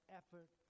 effort